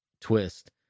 twist